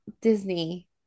disney